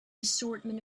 assortment